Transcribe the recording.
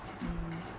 mm